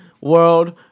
world